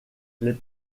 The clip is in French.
les